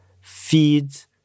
feeds